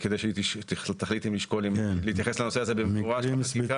כדי שהיא תחליט אם לשקול אם להתייחס לנושא הזה במפורש בחקיקה.